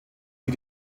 die